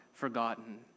forgotten